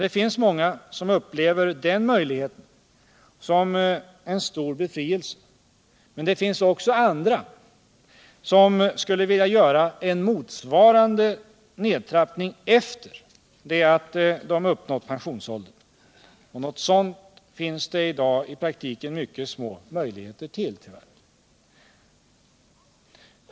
Det finns många som upplever den möjligheten som en stor befrielse, men det finns andra som skulle vilja göra en motsvarande nedtrappning efter det att de uppnått pensionsåldern. Något sådant finns det i dag i praktiken mycket små möjligheter till, tyvärr.